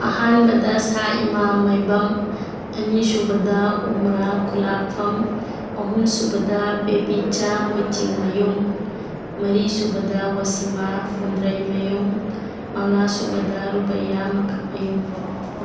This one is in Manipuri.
ꯑꯍꯥꯟꯕꯗ ꯁꯥꯏꯃꯥ ꯃꯥꯏꯕꯝ ꯑꯅꯤꯁꯨꯕꯗ ꯎꯃꯔꯥ ꯈꯨꯜꯂꯥꯛꯐꯝ ꯑꯍꯨꯝꯁꯨꯕꯗ ꯕꯦꯕꯤꯆꯥ ꯃꯣꯏꯆꯤꯡꯃꯌꯨꯝ ꯃꯔꯤꯁꯨꯕꯗ ꯋꯥꯁꯤꯃꯥ ꯐꯨꯟꯗ꯭ꯔꯩꯃꯌꯨꯝ ꯃꯉꯥꯁꯨꯕꯗ ꯔꯨꯄꯩꯌꯥ ꯃꯀꯛꯃꯌꯨꯝ